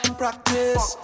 practice